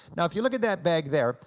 now if you look at that bag there,